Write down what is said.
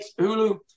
Hulu